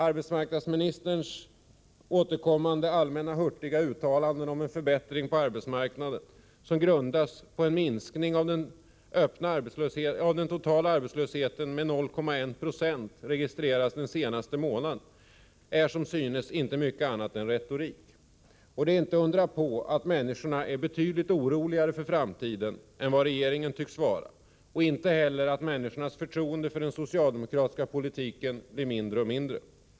Arbetsmarknadsministerns återkommande allmänna, hurtiga uttalanden om en förbättring på arbetsmarknaden, vilka har sin grund i den minskning av den totala arbetslösheten med 0,1 926 som skett under den senaste månaden, är som synes ingenting annat än retorik. Det är inte att undra på att människorna är betydligt mera oroliga för framtiden än vad regeringen tycks vara och inte heller att människornas förtroende för den socialdemokratiska politiken blir mindre och mindre.